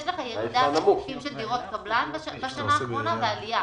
יש לך ירידת --- של דירות קבלן בשנה האחרונה ועלייה.